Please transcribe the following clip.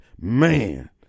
man